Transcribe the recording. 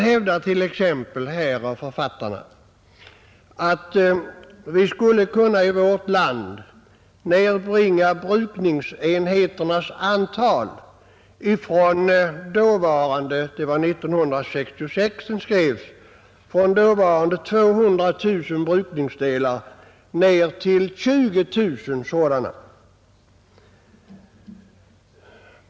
Författarna hävdar att vi i vårt land skulle kunna nedbringa brukningsenheternas antal från dåvarande — det var 1966 boken skrevs — 200 000 till 20 000.